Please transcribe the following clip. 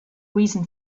reason